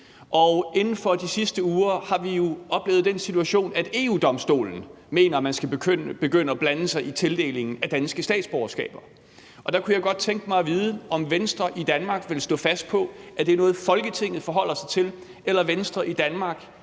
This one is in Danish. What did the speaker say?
og inden for de sidste uger har vi oplevet den situation, at EU-Domstolen mener, at man skal begynde at blande sig i tildelingen af danske statsborgerskaber. Der kunne jeg godt tænke mig at vide, om Venstre i Danmark vil stå fast på, at det er noget, Folketinget forholder sig til, eller om Venstre i Danmark